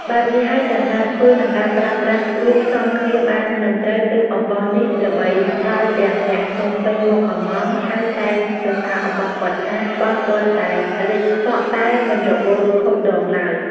បែបនេះហើយទាំងការធ្វើនិងការប្រើប្រាស់រួមផ្សំគ្នាបានត្រឹមត្រូវទើបអំបោសនេះល្បីដល់ទាំងអ្នកភ្នំពេញមកកម្មង់ ហើយតែងសរសើរអំបោសគាត់ថា បោសទាល់តែរិចសក់តែមិនរបូតខូចដងឡើយ។